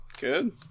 good